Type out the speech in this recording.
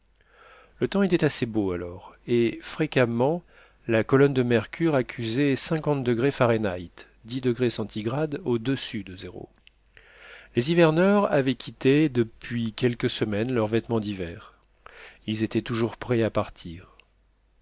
le temps était assez beau alors et fréquemment la colonne de mercure accusait cinquante degrés fahrenheit les hiverneurs avaient quitté depuis quelques semaines leurs vêtements d'hiver ils étaient toujours prêts à partir